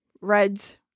reds